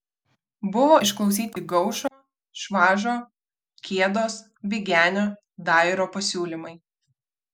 buvo išklausyti gaušo švažo kiedos bigenio dajoro pasiūlymai